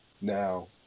Now